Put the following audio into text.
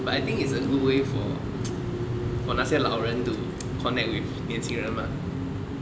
but I think it's a good way for for 那些老人 to connect with 年轻人嘛